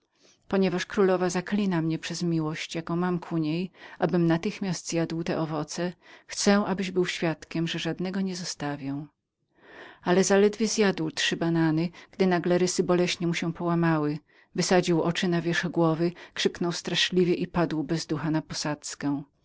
ponieważ królowa zaklina mnie przez miłość jaką mam ku niej abym natychmiast zjadł te owoce chcę abyś był świadkiem że żadnego nie zostawię ale zaledwie zjadł trzy banany gdy nagle rysy boleśnie mu się połamały wysadził oczy na wierzch głowy krzyknął straszliwie i padł bez ducha na posadzkę